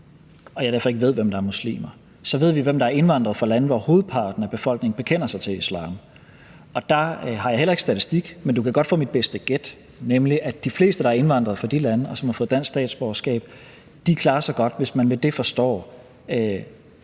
at jeg derfor ikke ved, hvem der er muslimer, så ved vi, hvem der er indvandrere fra lande, hvor hovedparten af befolkningen bekender sig til islam, og der har jeg heller ikke statistik, men du kan godt få mit bedste gæt, nemlig at de fleste, der er indvandret fra de lande, og som har fået dansk statsborgerskab, klarer sig godt, hvis man ved det forstår,